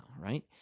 right